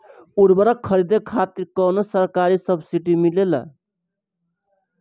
उर्वरक खरीदे खातिर कउनो सरकारी सब्सीडी मिलेल?